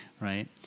Right